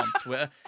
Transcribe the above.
Twitter